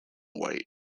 white